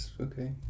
Okay